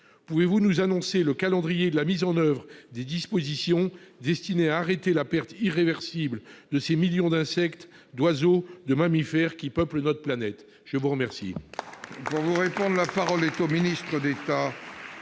Pouvez-vous donc nous annoncer le calendrier de la mise en oeuvre des dispositions destinées à arrêter la perte irréversible de ces millions d'insectes, d'oiseaux, de mammifères qui peuplent notre planète ? La parole